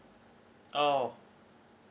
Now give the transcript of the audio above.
oh